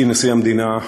אישי נשיא המדינה,